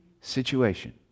situation